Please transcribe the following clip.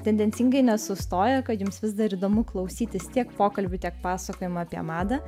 tendencingai nesustoja kad jums vis dar įdomu klausytis tiek pokalbių tiek pasakojamų apie madą